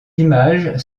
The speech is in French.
images